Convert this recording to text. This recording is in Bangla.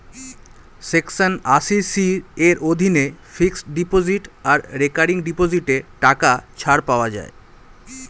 সেকশন আশি সি এর অধীনে ফিক্সড ডিপোজিট আর রেকারিং ডিপোজিটে টাকা ছাড় পাওয়া যায়